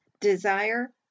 desire